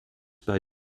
bei